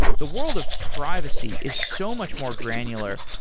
the world of privacy is so much more granular.